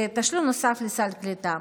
תשלום נוסף לסל קליטה.